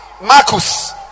Marcus